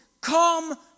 Come